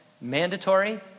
Mandatory